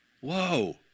Whoa